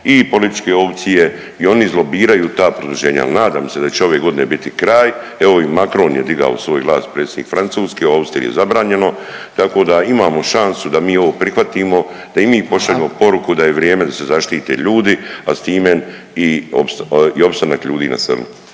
i političke opcije i oni izlobiraju ta produženja. Nadam se da će ove godine biti kraj, evo i Macron je digao svoj glas, predsjednik Francuske, u Austriji je zabranjeno. Tako da imao šansu da mi ovo prihvatimo, da i mi pošaljemo poruku …/Upadica: Hvala./… da je vrijeme da se zaštite ljudi, a s time i opstanak ljudi na selu.